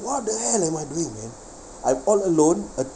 what the hell am I doing man I am on alone at